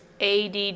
ADD